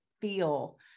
feel